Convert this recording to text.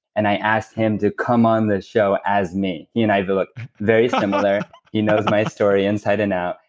and i asked him to come on this show as me. he and i look very and similar, he knows my story inside and out.